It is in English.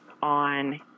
on